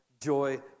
joy